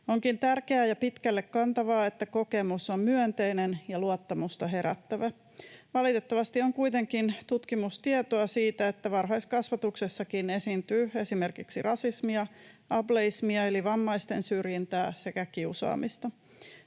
Onkin tärkeää ja pitkälle kantavaa, että kokemus on myönteinen ja luottamusta herättävä. Valitettavasti on kuitenkin tutkimustietoa siitä, että varhaiskasvatuksessakin esiintyy esimerkiksi rasismia, ableismia eli vammaisten syrjintää sekä kiusaamista.